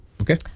Okay